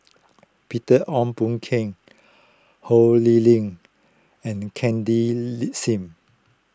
Peter Ong Boon Ken Ho Lee Ling and Cindy Lee Sim